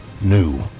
new